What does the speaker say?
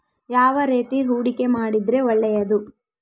ಯಾವ ರೇತಿ ಹೂಡಿಕೆ ಮಾಡಿದ್ರೆ ಒಳ್ಳೆಯದು?